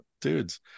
dudes